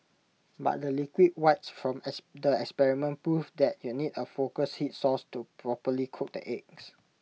but the liquid whites from the experiment proved that you need A focused heat source to properly cook the eggs